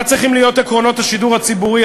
מה צריכים להיות עקרונות השידור הציבורי,